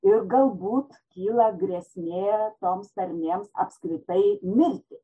ir galbūt kyla grėsmė toms tarmėms apskritai mirti